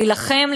להילחם,